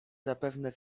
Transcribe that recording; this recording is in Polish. zapewne